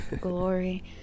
glory